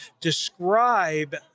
describe